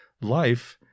life